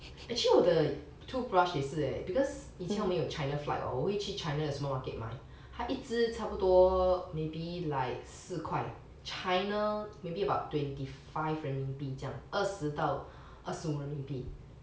actually 我的 toothbrushes 也是 leh because 以前我们有 china flight hor 我会去 china 的 supermarket 买它一支差不多 maybe like 四块 china maybe about twenty five 人民币这样二十到二十五人民币